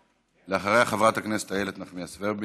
אחריה, חברת הכנסת איילת נחמיאס ורבין.